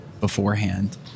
beforehand